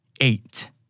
Eight